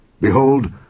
Behold